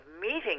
meeting